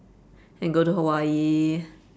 and go to hawaii